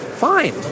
fine